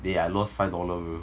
that day I lost five dollar